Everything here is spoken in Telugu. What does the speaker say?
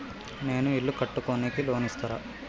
నేను ఇల్లు కట్టుకోనికి లోన్ ఇస్తరా?